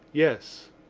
yes.